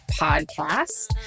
podcast